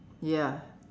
ya